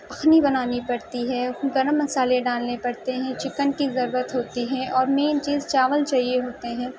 یخنی بنانی پڑتی ہے گرم مسالے ڈالنے پڑتے ہیں چکن کی ضرورت ہوتی ہے اور مین چیز چاول چاہیے ہوتے ہیں